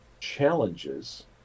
challenges